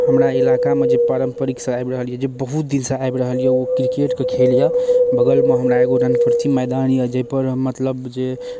हमरा इलाकामे जे पारम्परिकसँ आबि रहल अइ जे बहुत दिनसँ आबि रहल अइ ओ किरकेटके खेल अइ बगलमे हमरा एगो रनप्रति मैदान अइ जाहिपर मतलब जे